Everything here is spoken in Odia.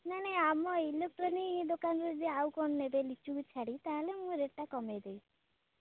ନା ନାଇଁ ଆମ ଇଲୋକ୍ଟ୍ରୋନିକ୍ ଦୋକାନରୁ ଯଦି ଆଉ କ'ଣ ନେବେ ଲିଚୁକୁ ଛାଡ଼ି ତା'ହେଲେ ମୁଁ ରେଟ୍ଟା କମାଇଦେବି